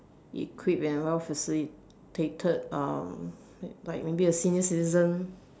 equipped and well facilitated um like maybe a senior citizen